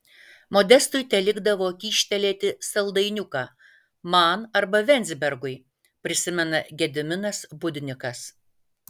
modestui telikdavo kyštelėti saldainiuką man arba venzbergui prisimena gediminas budnikas